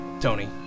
Tony